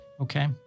Okay